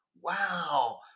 Wow